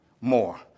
more